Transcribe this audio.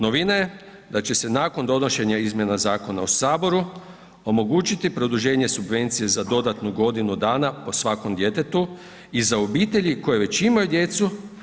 Novina je da će se nakon donošenja izmjena zakona u saboru omogućiti produženje subvencija za dodatnu godinu dana po svakom djetetu i za obitelji koje već imaju djecu.